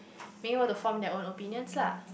maybe want to form their own opinions lah